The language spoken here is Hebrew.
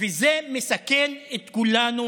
וזה מסכן את כולנו.